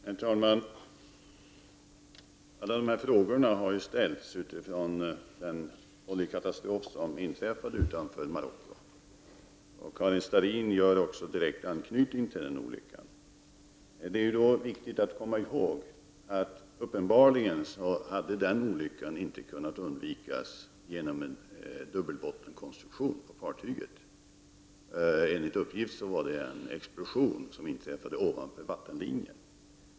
Herr talman! Alla dessa frågor har ställts med anledning av den oljekatastrof som inträffade utanför Marocko. Karin Starrin anknyter också direkt till denna olycka. Det är viktigt att komma ihåg att den olyckan uppenbarligen inte hade kunnat undvikas, även om fartyget hade haft dubbel botten. Enligt uppgift inträffade en explosion ovanför vattenlinjen.